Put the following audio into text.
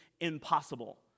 impossible